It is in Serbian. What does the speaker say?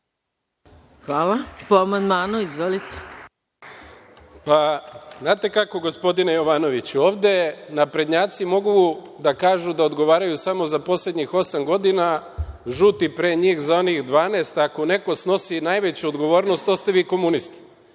**Nemanja Šarović** Znate kako, gospodine Jovanoviću, ovde naprednjaci mogu da kažu da odgovaraju samo za poslednjih osam godina, žuti pre njih za onih 12 godina, a ako neko snosi najveću odgovornost, to ste vi komunisti.